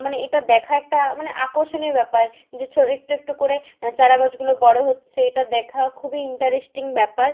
মানে এটা দেখাটা মানে আকর্ষণীয় ব্যাপার যে ছো একটু একটু করে চারা গাছগুলো বড় হচ্ছে এটা দেখা খুবই ইন্টারেস্টিং ব্যাপার